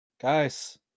guys